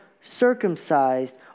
circumcised